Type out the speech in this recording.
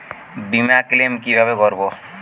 বিমা ক্লেম কিভাবে করব?